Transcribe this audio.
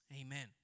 Amen